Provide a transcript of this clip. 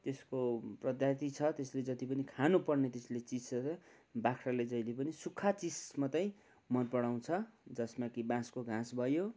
त्यसको पद्धति छ त्यसले जति पनि खानुपर्ने त्यसले चिस छ बाख्राले जहिले पनि सुक्खा चिजमात्रै मनपराउँछ जसमा कि बाँसको घाँस भयो